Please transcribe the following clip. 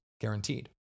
guaranteed